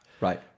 Right